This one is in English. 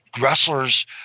wrestlers